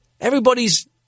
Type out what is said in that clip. everybody's